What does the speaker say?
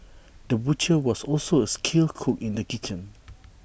the butcher was also A skilled cook in the kitchen